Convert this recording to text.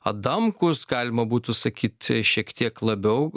adamkus galima būtų sakyt šiek tiek labiau